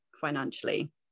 financially